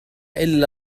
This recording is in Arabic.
إلا